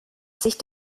sich